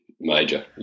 major